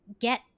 get